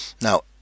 Now